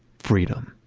freedom.